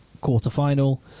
quarter-final